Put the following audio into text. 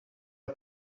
are